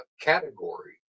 category